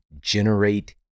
generate